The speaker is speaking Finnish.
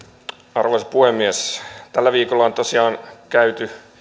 arvoisa puhemies tällä viikolla on tosiaan käyty